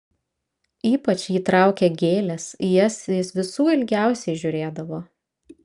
ypač jį traukė gėlės į jas jis visų ilgiausiai žiūrėdavo